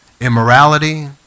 immorality